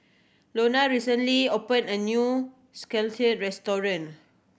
Lona recently opened a new restaurant